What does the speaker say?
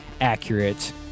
accurate